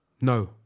no